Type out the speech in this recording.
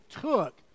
took